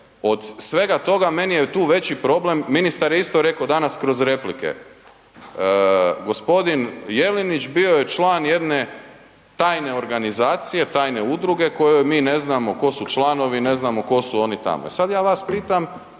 od svega toga meni je tu veći problem, ministar je isto reko danas kroz replike, g. Jelenić bio je član jedne tajne organizacije, tajne udruge kojoj mi ne znamo ko su članovi, ne znamo ko su oni tamo.